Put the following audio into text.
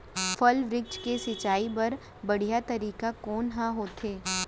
फल, वृक्षों के सिंचाई बर बढ़िया तरीका कोन ह होथे?